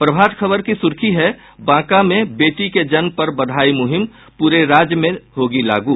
प्रभात खबर की सूर्खी है बांका में बेटी के जन्म पर बधाई मूहिम पूरे राज्य में होगी लागू